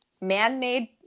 man-made